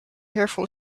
careful